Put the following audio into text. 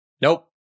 Nope